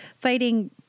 fighting